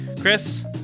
Chris